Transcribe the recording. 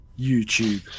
YouTube